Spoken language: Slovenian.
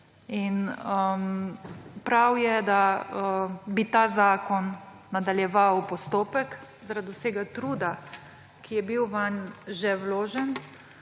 Prav je, da bi ta zakon nadaljeval postopek zaradi vsega truda, ki je bil vanj že vložen.